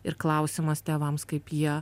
ir klausimas tėvams kaip jie